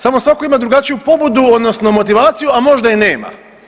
Samo svatko ima drugačiju pobudu odnosno motivaciju, a možda i nema.